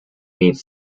meets